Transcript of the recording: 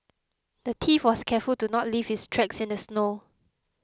the thief was careful to not leave his tracks in the snow